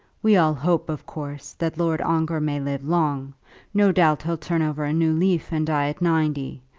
we all hope, of course, that lord ongar may live long no doubt he'll turn over a new leaf, and die at ninety.